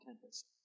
tempest